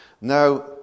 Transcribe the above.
Now